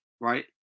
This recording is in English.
Right